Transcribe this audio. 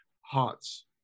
hearts